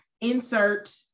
insert